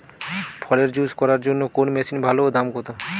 ফলের জুস করার জন্য কোন মেশিন ভালো ও দাম কম?